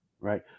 Right